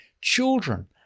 children